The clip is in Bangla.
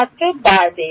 ছাত্র বাড়ে